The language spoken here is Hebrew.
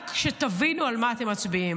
רק שתבינו על מה אתם מצביעים.